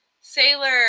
Sailor